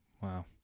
wow